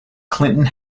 clinton